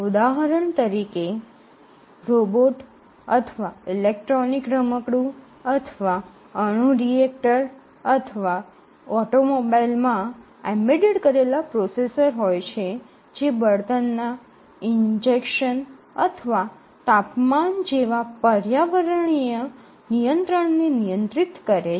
ઉદાહરણ તરીકે રોબોટ અથવા ઇલેક્ટ્રોનિક રમકડું અથવા અણુ રિએક્ટર અથવા ઓટોમોબાઈલમાં એમ્બેડેડ કરેલા પ્રોસેસર હોય છે જે બળતણના ઇન્જેક્શન અથવા તાપમાન જેવા પર્યાવરણીય નિયંત્રણને નિયંત્રિત કરે છે